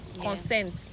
Consent